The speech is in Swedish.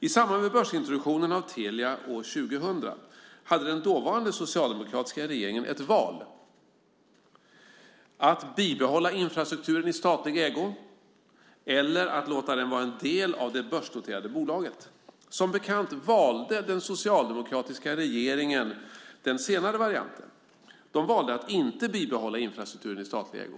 I samband med börsintroduktionen av Telia år 2000 hade den dåvarande socialdemokratiska regeringen ett val - att bibehålla infrastrukturen i statlig ägo eller att låta den vara en del av det börsnoterade bolaget. Som bekant valde den socialdemokratiska regeringen den senare varianten - den valde att inte bibehålla infrastrukturen i statlig ägo.